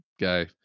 guy